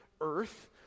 earth